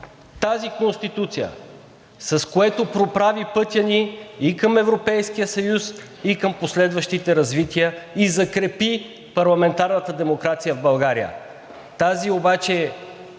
тази Конституция, с което проправи пътя ни и към Европейския съюз, и към последващите развития и закрепи парламентарната демокрация в България. Тази обаче